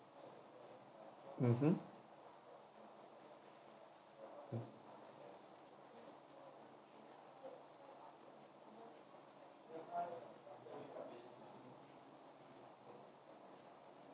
mmhmm mm